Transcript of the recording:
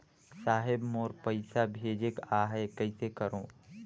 साहेब मोर पइसा भेजेक आहे, कइसे करो?